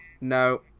no